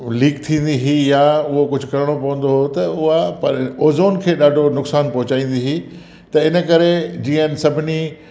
leak थींदी हुई या उहो कुझु करिणो पवंदो हुओ त उहा पर ओज़ॉन खे ॾाढो नुक़सान पहुचाईंदी हुई त इन करे जीअं सभिनी